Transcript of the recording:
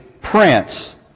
prince